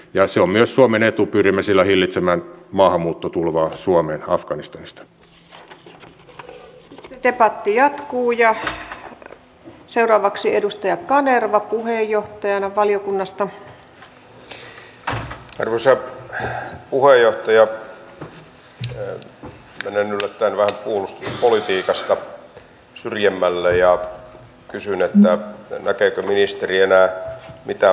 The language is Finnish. ja se on myös suomennettu pyrimme poliisi oli vastannut eioota mutta kertonut kuitenkin että tehtävä täyttää hälytystehtävän kriteerit mutta suomessa syntyy välillä tilanteita että tehtäviä joudutaan laittamaan tärkeysjärjestykseen ja kysyi näkeekö ministeri enää mitään